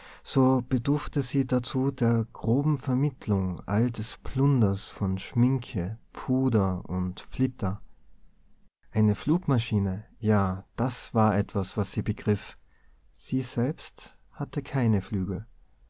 so bedurfte sie dazu der groben vermittlung all des plunders von schminke puder und flitter eine flugmaschine ja das war etwas was sie begriff sie selbst hatte keine flügel